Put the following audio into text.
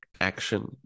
action